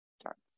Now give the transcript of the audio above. starts